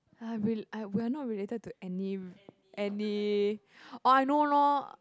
!huh! we uh we are not related to any any orh I know lor